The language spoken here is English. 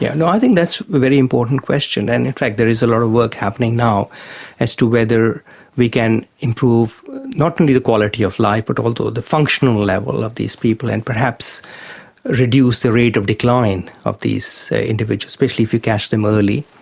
yeah i think that's a very important question, and in fact there is a lot of work happening now as to whether we can improve not only the quality of life but also ah the functional level of these people and perhaps reduce the rate of decline of these individuals, especially if you catch them early.